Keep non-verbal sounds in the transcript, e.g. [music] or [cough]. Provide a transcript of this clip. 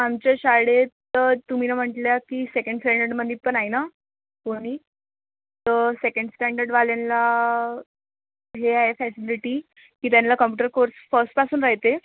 आमच्या शाळेत तर तुम्ही तर म्हटल्या की सेकंड स्टँडर्डमधे पण आहे ना [unintelligible] तर सेकंड स्टँडर्डवाल्यांला हे आहे फॅसिलिटी की त्यांना कॉम्पुटर कोर्स फर्स्टपासून राहते